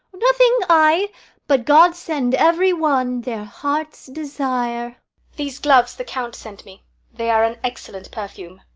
nothing i but god send every one their heart's desire these gloves the count sent me they are an excellent perfume.